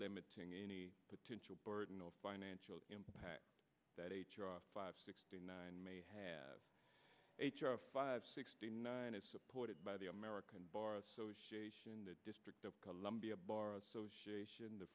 limiting any potential burden or financial impact that a five sixty nine may have five sixty nine is supported by the american bar association the district of columbia bar association the